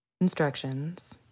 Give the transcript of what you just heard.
instructions